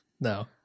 No